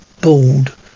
bald